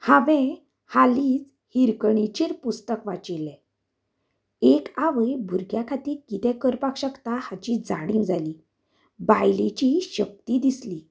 हांवें हालींच हिरकणीचेर पुस्तक वाचिल्ले एक आवय भुरग्या खातीर कितें करपाक शकता हाची जाणीव जाली बायलेची शक्ती दिसली